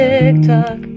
TikTok